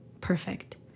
perfect